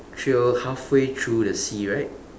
trail halfway through the sea right